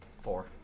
Four